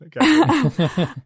Okay